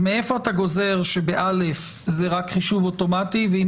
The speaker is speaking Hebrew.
מאיפה אתה גוזר שב-א זה רק חישוב אוטומטי ואם